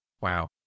Wow